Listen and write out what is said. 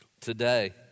today